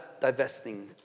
divesting